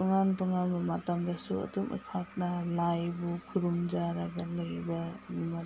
ꯇꯣꯉꯥꯟ ꯇꯣꯉꯥꯟꯕ ꯃꯇꯝꯗꯁꯨ ꯑꯗꯨꯝ ꯑꯩꯍꯥꯛꯅ ꯂꯥꯏꯕꯨ ꯈꯨꯔꯨꯝꯖꯔꯒ ꯂꯩꯕ